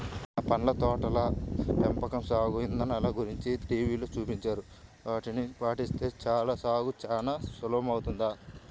నిన్న పళ్ళ తోటల పెంపకం సాగు ఇదానల గురించి టీవీలో చూపించారు, ఆటిని పాటిస్తే చాలు సాగు చానా సులభమౌతది